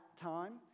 time